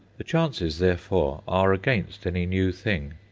the chances, therefore, are against any new thing.